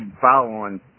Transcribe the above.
following